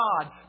God